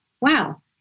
wow